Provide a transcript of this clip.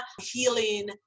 healing